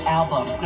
album